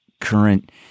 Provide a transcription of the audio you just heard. current